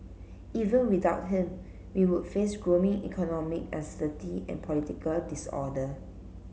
even without him we would face growing economic uncertainty and political disorder